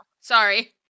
Sorry